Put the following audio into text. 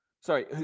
sorry